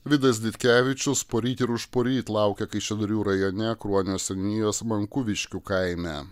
vidas ditkevičius poryt ir užporyt laukia kaišiadorių rajone kruonio seniūnijos mankuviškių kaime